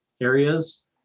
areas